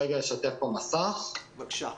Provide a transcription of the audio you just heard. זה אומר